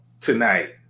tonight